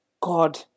God